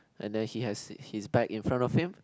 and then he has his bag in front of him